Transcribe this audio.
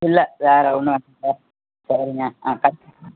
இல்லை வேறு ஒன்றும் இல்லை சரிங்க ஆ கட்